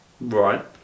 right